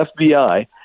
fbi